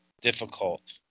Difficult